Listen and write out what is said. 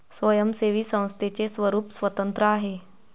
स्वयंसेवी संस्थेचे स्वरूप स्वतंत्र आहे